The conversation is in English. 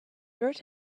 dirt